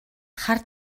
хар